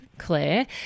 Claire